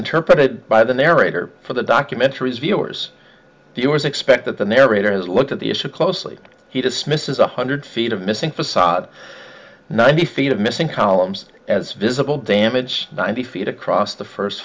interpreted by the narrator for the documentaries viewers us expect that the narrator has looked at the issue closely and he dismisses one hundred feet of missing facade ninety feet of missing columns as visible damage ninety feet across the first